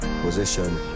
position